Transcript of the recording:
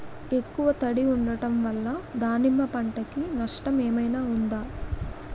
ఎక్కువ తడి ఉండడం వల్ల దానిమ్మ పంట కి నష్టం ఏమైనా ఉంటుందా?